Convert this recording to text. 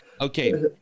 Okay